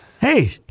hey